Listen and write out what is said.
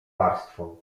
warstwą